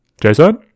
Jason